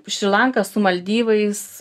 šri lanką su maldyvais